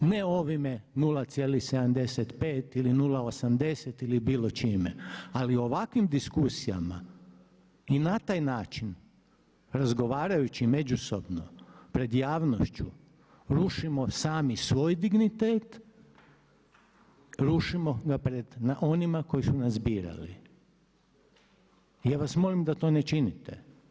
Ne ovime 0,75 ili 0,80 ili bilo čime ali ovakvim diskusijama i na taj način razgovarajući međusobno pred javnošću rušimo sami svoj dignitet, rušimo ga pred onima koji su nas birali i ja vas molim da to ne činite.